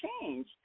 change